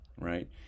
right